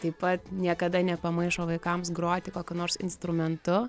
taip pat niekada nepamaišo vaikams groti kokiu nors instrumentu